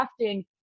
crafting